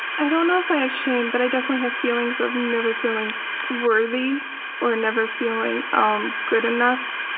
i don't know if i have shame but i definitely have feelings of never feeling worthy or never feeling um good enough.